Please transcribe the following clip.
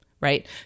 Right